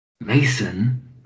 Mason